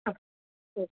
ആ ശരി